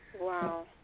Wow